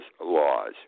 laws